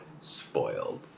spoiled